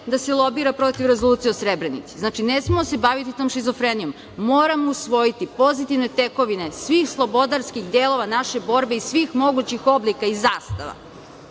da se lobira protiv rezolucije o Srebrenici. Znači, ne smemo se baviti tom šizofrenijom. Moramo usvojiti pozitivne tekovine svih slobodarskih delova naše bore i svih mogućih oblika i zastava. Drugo,